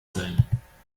sein